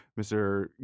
Mr